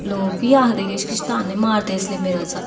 लोक बी आखदे किश किश ताह्न्ने मारदे इसलेई मेरा